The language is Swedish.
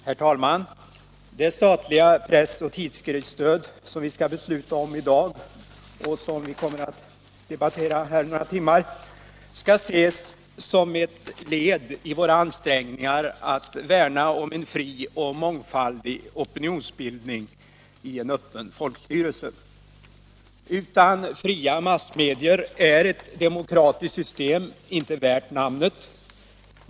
Herr talman! Det statliga press och tidskriftsstöd som vi skall besluta om i dag och som vi kommer att debattera några timmar skall ses som ett led i våra ansträngningar att värna om en fri och mångfaldig opinionsbildning i en öppen folkstyrelse. Utan fria massmedier är ett demokratiskt system inte värt namnet.